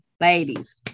Ladies